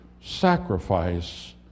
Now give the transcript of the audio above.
sacrifice